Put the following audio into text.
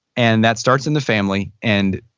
and that starts in the family and